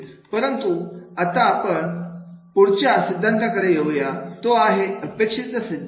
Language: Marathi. परंतु आता आपण पण पुढच्या सिद्धांताकडे येऊया तो आहे अपेक्षा सिद्धांत